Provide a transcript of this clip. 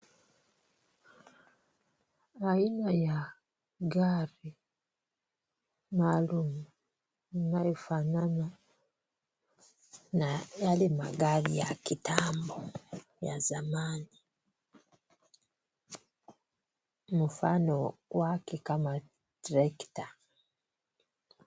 Aina ya gari maalum inayofanana na yale magari ya kitambo ya zamani, mfano wake kama trekta .